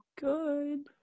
good